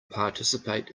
participate